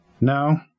No